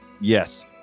Yes